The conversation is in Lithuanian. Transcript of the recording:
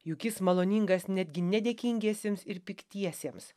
juk jis maloningas netgi nedėkingiesiems ir piktiesiems